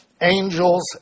angels